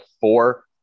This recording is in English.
four